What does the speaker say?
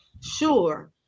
sure